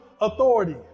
authority